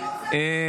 כי היום זה אתה,